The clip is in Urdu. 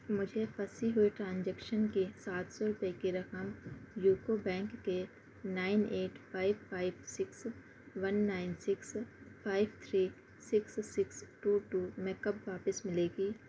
مجھے پھنسی ہوئی ٹرانزیکشن کے سات سو روپے کی رقم یوکو بینک کے nine eight five five six one nine six five three six six two two میں کب واپس ملے گی